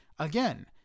Again